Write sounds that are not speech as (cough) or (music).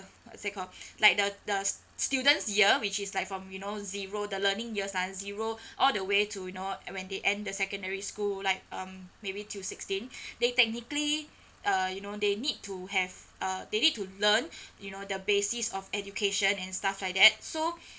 what's it called (breath) like the the s~ student year which is like from you know zero the learning years from zero (breath) all the way to you know when they end the secondary school like um maybe till sixteen (breath) they technically uh you know they need to have uh they need to learn (breath) you know the basis of education and stuff like that so (breath)